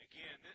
Again